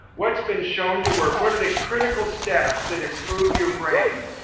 what's been shown to work what are the critical steps that improve your brain?